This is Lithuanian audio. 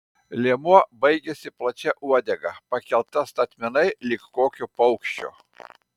liemuo baigėsi plačia uodega pakelta statmenai lyg kokio paukščio